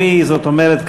זאת אומרת,